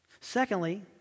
Secondly